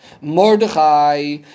Mordechai